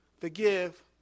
forgive